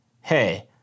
Hey